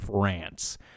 France